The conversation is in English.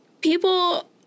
people